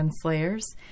slayers